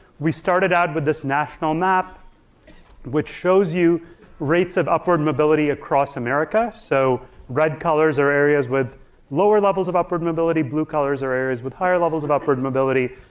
we started out with this national map which shows you rates of upward mobility across america. so red colors are areas with lower levels of upward mobility, blue colors are areas with higher levels of upward mobility,